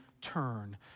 turn